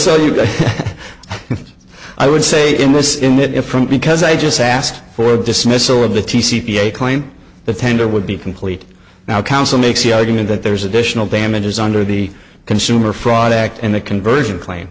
sell you i would say in this in it in front because i just asked for a dismissal of the t c p a claim the tender would be complete now counsel makes the argument that there's additional damages under the consumer fraud act and the conversion claim